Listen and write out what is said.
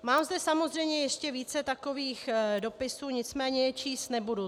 Mám zde samozřejmě ještě více takových dopisů, nicméně je číst nebudu.